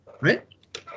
Right